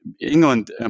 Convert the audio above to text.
England